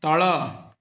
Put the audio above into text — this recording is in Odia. ତଳ